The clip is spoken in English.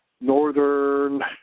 northern